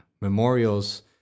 memorials